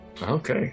okay